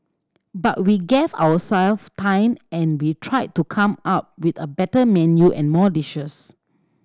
but we gave ourselves time and we tried to come up with a better menu and more dishes